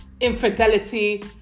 infidelity